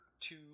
two